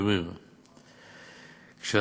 אנו בודקים אתם בכובד ראש ולא מהססים